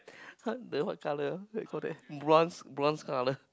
!huh! the what colour ah what you called that bronze bronze colour